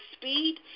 speed